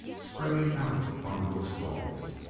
spreading out upon book-stalls.